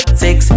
six